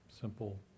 simple